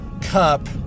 cup